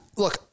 look